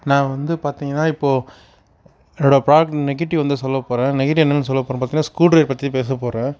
நான் வந்து பார்த்திங்கனா இப்போது என்னோடய ப்ராடக்ட் நெகட்டிவ் வந்து சொல்ல போகிறேன் நெகட்டிவ் என்னனு சொல்ல போகிறேன் பார்த்திங்கனா ஸ்க்ரூ ட்ரைவர் பற்றி பேச போகிறேன்